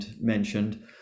mentioned